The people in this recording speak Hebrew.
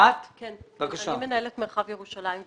מנהלת מרחב ירושלים.